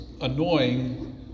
annoying